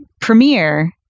premiere